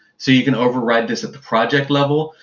so you can override this at the project level,